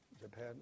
Japan